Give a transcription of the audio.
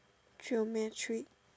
traumatic